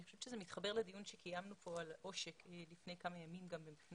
אני חושבת שזה מתחבר לדיון שקיימנו כאן לפני כמה ימים על עושק.